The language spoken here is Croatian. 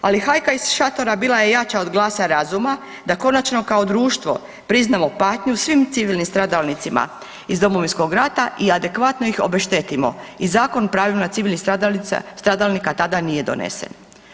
Ali hajka iz šatora bila je jača od glasa razuma da konačno kao društvo priznamo patnju svim civilnim stradalnicima iz Domovinskog rata i adekvatno iz obeštetimo i Zakon o pravima civilnih stradalnika tada nije donesen.